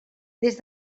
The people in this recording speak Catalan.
des